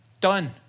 done